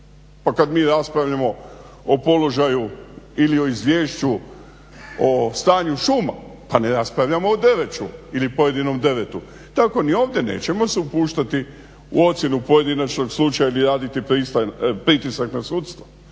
pa kad mi raspravljamo o položaju ili o izvješću, o stanju šuma, pa ne raspravljamo o devet šuma, ili pojedinom drvetu tako ni ovdje nećemo se upuštati u ocjenu pojedinačnog slučajeva vi radite pritisak na sudstvo,